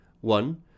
one